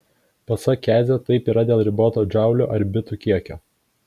pasak kezio taip yra dėl riboto džaulių ar bitų kiekio